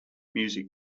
music